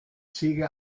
ziege